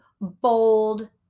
bold